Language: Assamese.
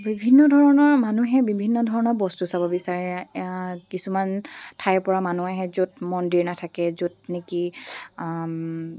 বিভিন্ন ধৰণৰ মানুহে বিভিন্ন ধৰণৰ বস্তু চাব বিচাৰে কিছুমান ঠাইৰপৰা মানুহ আহে য'ত মন্দিৰ নাথাকে য'ত নেকি